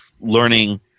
learning